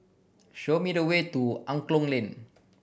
show me the way to Angklong Lane